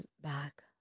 back